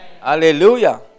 Hallelujah